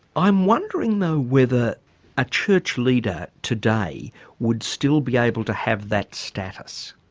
i'm wondering though whether a church leader today would still be able to have that status?